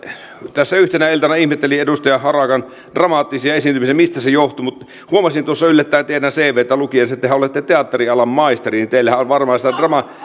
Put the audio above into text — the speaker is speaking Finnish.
tässä yhtenä iltana ihmettelin edustaja harakan dramaattisia esiintymisiä että mistä se johtuu mutta huomasin tuossa yllättäen teidän cvtänne lukiessa että tehän olette teatterialan maisteri niin että teillähän varmaan sitä